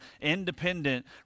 independent